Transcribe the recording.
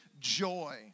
joy